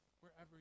wherever